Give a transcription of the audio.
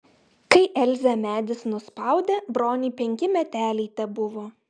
kai elzę medis nuspaudė broniui penki meteliai tebuvo